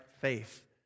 faith